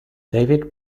david